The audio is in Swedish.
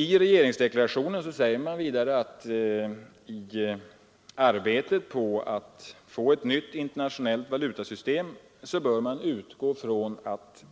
I regeringsdeklarationen sägs det vidare, att man i arbetet på att få ett nytt internationellt valutasystem bör utgå från att